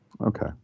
Okay